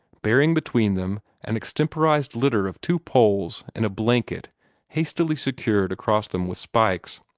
bearing between them an extemporized litter of two poles and a blanket hastily secured across them with spikes.